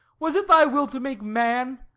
was it thy will to make man,